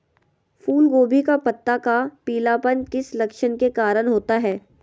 फूलगोभी का पत्ता का पीलापन किस लक्षण के कारण होता है?